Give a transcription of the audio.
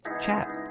chat